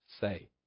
say